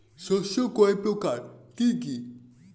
শস্য কয় প্রকার কি কি?